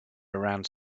around